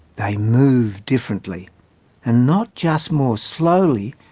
they move differently and not just more slowly,